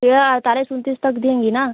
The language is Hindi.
या अड़तालीस उनतीस तक देंगी ना